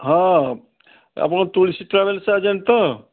ହଁ ଆପଣ Tulsi travels agent ତ